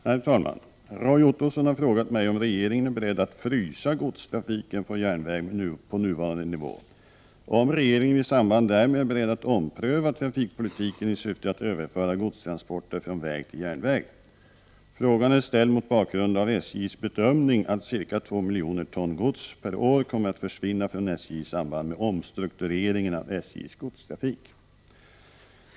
Herr talman! Roy Ottosson har frågat mig om regeringen är beredd att ”frysa” godstrafiken på järnväg på nuvarande nivå och om regeringen i samband därmed är beredd att ompröva trafikpolitiken i syfte att överföra godstransporter från väg till järnväg. Frågan är ställd mot bakgrund av SJ:s bedömning att ca 2 miljoner ton gods per år kommer att försvinna från SJ i samband med omstruktureringen av SJ:s godstrafik.